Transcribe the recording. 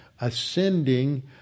ascending